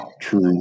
true